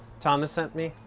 thomas sent me.